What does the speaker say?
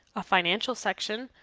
a financial section,